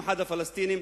במיוחד הפלסטינים,